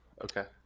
okay